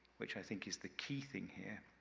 which i think is the key thing here,